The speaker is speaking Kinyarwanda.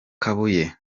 kabuye